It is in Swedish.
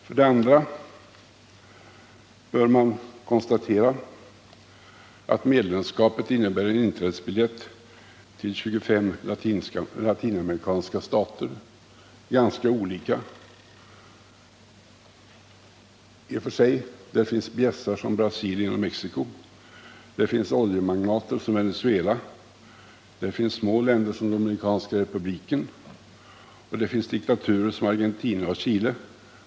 För det andra bör man konstatera att medlemskapet innebär en inträdesbiljett till 25 latinamerikanska stater, i och för sig ganska olika. Där finns bjässar som Brasilien och Mexico, oljemagnater som Venezuela, små länder som Dominikanska republiken och diktaturer som Argentina och Chile.